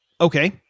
Okay